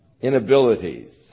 inabilities